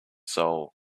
soul